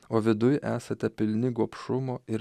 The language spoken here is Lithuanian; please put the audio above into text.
o viduj esate pilni gobšumo ir